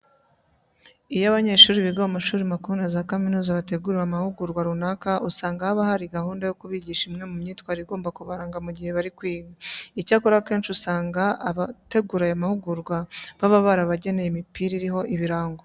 Iyo abanyeshuri biga mu mashuri makuru na za kaminuza bateguriwe amahugurwa runaka, usanga haba hari gahunda yo kubigisha imwe mu myitwarire igomba kubaranga mu gihe bari kwiga. Icyakora akenshi usanga abategura aya mahugurwa baba barabageneye n'imipira iriho ibirango.